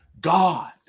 God